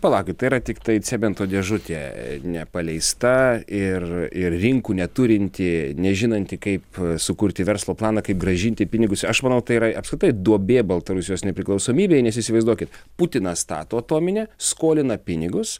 palaukit tai yra tiktai cemento dėžutė nepaleista ir ir rinkų neturinti nežinanti kaip sukurti verslo planą kaip grąžinti pinigus aš manau tai yra apskritai duobė baltarusijos nepriklausomybei nes įsivaizduokit putinas stato atominę skolina pinigus